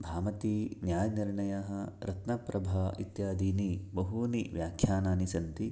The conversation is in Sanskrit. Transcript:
भामती न्यायनिर्णयः रत्नप्रभा इत्यादीनि बहूनि व्याख्यानानि सन्ति